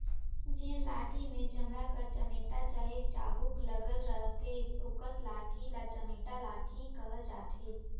जेन लाठी मे चमड़ा कर चमेटा चहे चाबूक लगल रहथे ओकस लाठी ल चमेटा लाठी कहल जाथे